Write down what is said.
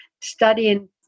studying